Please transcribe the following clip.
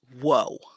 whoa